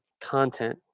content